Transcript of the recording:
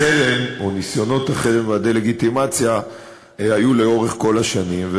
החרם או ניסיונות החרם והדה-לגיטימציה היו לאורך כל השנים.